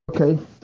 Okay